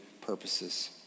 purposes